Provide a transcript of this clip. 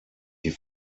die